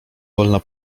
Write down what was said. wolna